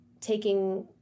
taking